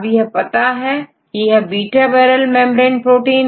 अब यह पता है कि यह बीटा बैरल मेंब्रेन प्रोटीन है